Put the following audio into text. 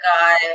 guy